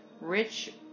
rich